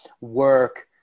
work